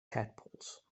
tadpoles